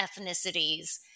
ethnicities